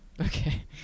Okay